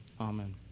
Amen